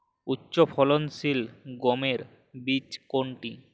উচ্চফলনশীল গমের বীজ কোনটি?